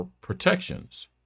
protections